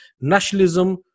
nationalism